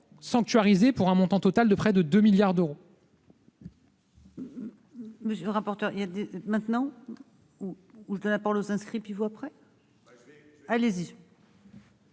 sanctuarisés, pour un montant total de près de 2 milliards d'euros.